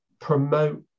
promote